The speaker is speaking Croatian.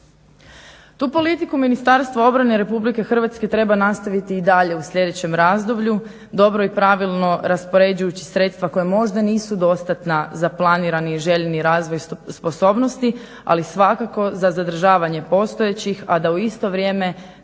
Tu politiku Ministarstvo obrane Republike Hrvatske treba nastaviti i dalje u sljedećem razdoblju. Dobro i pravilo raspoređujući sredstva koja možda nisu dostatna za planirani i željeni razvoj sposobnosti, ali svakako za zadržavanje postojećih a da u isto vrijeme